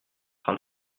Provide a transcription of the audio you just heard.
train